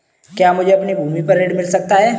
क्या मुझे अपनी भूमि पर ऋण मिल सकता है?